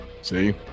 See